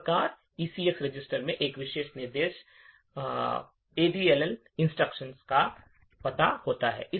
इस प्रकार ECX register में इस विशेष निर्देश ऐडल इंस्ट्रक्शन का पता होता है